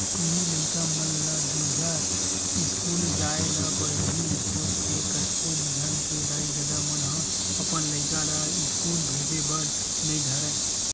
टूरी लइका मन ला दूरिहा इस्कूल जाय ल पड़ही सोच के कतको झन के दाई ददा मन ह अपन लइका ला इस्कूल भेजे बर नइ धरय